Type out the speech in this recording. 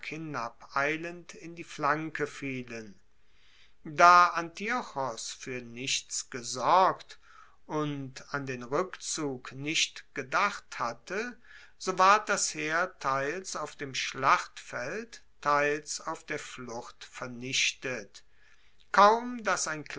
in die flanke fielen da antiochos fuer nichts gesorgt und an den rueckzug nicht gedacht hatte so ward das heer teils auf dem schlachtfeld teils auf der flucht vernichtet kaum dass